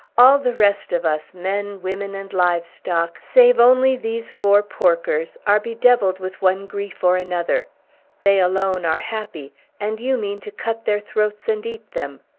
all the rest of us, men, women, and livestock, save only these four porkers, are bedevilled with one grief or another they alone are happy and you mean to cut their throats and eat them!